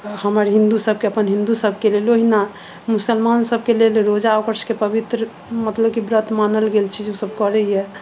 हमर हिन्दू सभके अपन हिन्दू सभके लेल ओहिना मुसलमान सभके लेल रोजा ओकर सभके पवित्र मतलब कि ब्रत मानल गेल छै जे ओ सभ करैए